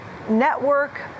network